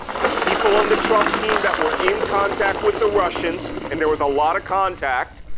the people on the trump team that were in contact with the russians, and there was a lot of contact,